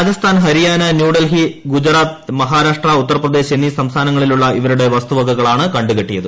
രാജസ്ഥാൻ ഹരിയാന ന്യൂഡൽഹി ഗുജറാത്ത് മഹാരാഷ്ട്ര ഉത്തർപ്രദേശ് എന്നീ സംസ്ഥാനങ്ങളിലുള്ള ഇവരുടെ വസ്തുവകകളാണ് കണ്ടുകെട്ടിയത്